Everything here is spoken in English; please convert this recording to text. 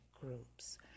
groups